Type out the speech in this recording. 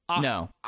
No